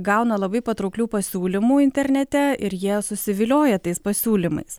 gauna labai patrauklių pasiūlymų internete ir jie susivilioja tais pasiūlymais